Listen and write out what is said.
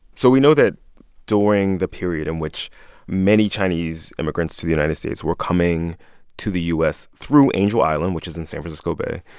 so we know that during the period in which many chinese immigrants to the united states were coming to the u s. through angel island, which is in san francisco bay,